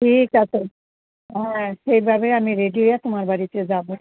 ঠিক আছে ও হ্যাঁ সেভাবে আমি রেডি তোমার বাড়িতে যাবো